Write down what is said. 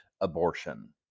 abortion